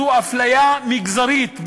זו אפליה מגזרית,